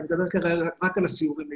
אני כרגע מדבר רק על הסיורים בישראל.